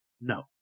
No